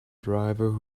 driver